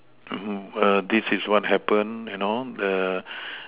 err this is what happened and all the